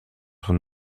son